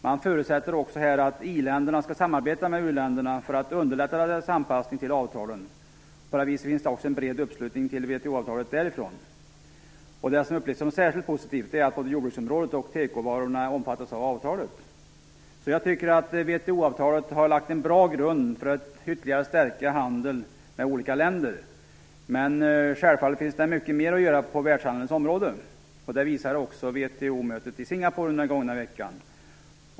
Man förutsätter att i-länderna skall samarbeta med u-länderna för att underlätta deras anpassning till avtalen. På det viset finns det också en bred uppslutning till VHO-avtalet därifrån. Det som upplevs som särskilt positivt är att både jordbruksoch tekoområdet omfattas av avtalet. Därför tycker jag att VHO-avtalet lagt en bra grund för att ytterligare stärka handeln mellan olika länder, men självfallet finns det mycket mer att göra på världshandels område. Det visade också VHO:s möte i Singapore under den gångna veckan.